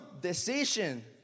Decision